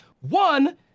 One